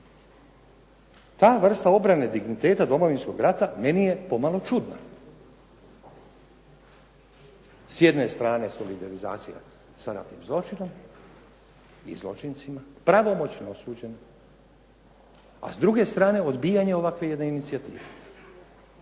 Ta vrsta obrane digniteta Domovinskog rata, meni je pomalo čudna. S jedne je strane solidarizacija sa raznim zločinom i zločincima pravomoćno osuđenih, a s druge strane odbijanje ovakve jedne inicijative.